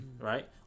right